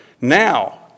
now